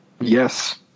Yes